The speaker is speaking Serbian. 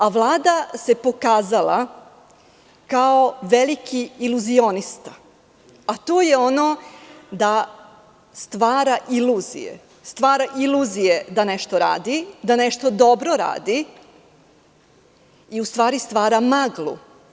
A Vlada se pokazala kao veliki iluzionista, a to je ono da stvara iluzije da nešto radi, da nešto dobro radi, a u stvari stvara maglu.